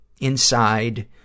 inside